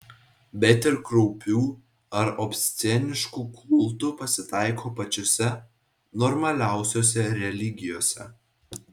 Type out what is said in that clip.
bet ir kraupių ar obsceniškų kultų pasitaiko pačiose normaliausiose religijose